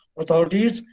authorities